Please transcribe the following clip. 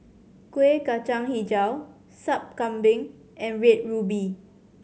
Kueh Kacang Hijau Sup Kambing and Red Ruby